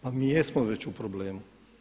Pa mi jesmo već u problemu.